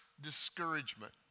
discouragement